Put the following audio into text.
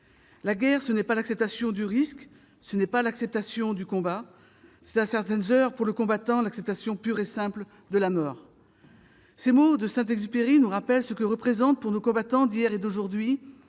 La guerre, n'est pas l'acceptation du risque. Ce n'est pas l'acceptation du combat. C'est à certaines heures, pour le combattant, l'acceptation pure simple de la mort ». Ces mots de Saint-Exupéry nous rappellent ce que représente, pour nos combattants d'hier et d'aujourd'hui,